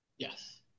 Yes